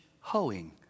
hoeing